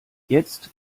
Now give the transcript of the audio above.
jetzt